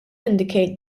indicate